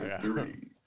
Three